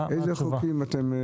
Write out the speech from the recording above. מה התשובה?